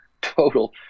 total